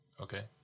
Okay